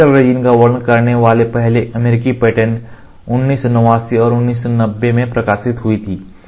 SL resin का वर्णन करने वाले पहले अमेरिकी पेटेंट 1989 और 1990 में प्रकाशित हुई थी